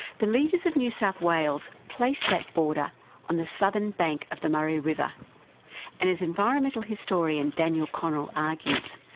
the leaders of new south wales placed that border on the southern bank of the murray river, and as environmental historian, daniel connell argues,